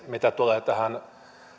mitä tulee tähän